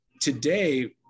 today